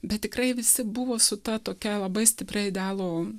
bet tikrai visi buvo su ta tokia labai stipria idealo